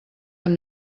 amb